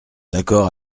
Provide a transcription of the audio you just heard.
d’accord